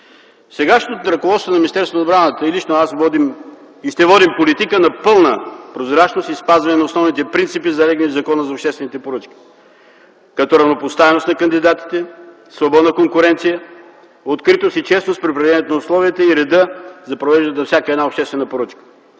Сегашното ръководство на Министерството на отбраната и лично аз водим и ще водим политика на пълна прозрачност и спазване на основните принципи, залегнали в Закона за обществените поръчки, като равнопоставеност на кандидатите, свободна конкуренция, откритост и честност при определянето на условията и реда за провеждането на всяка една обществена поръчка.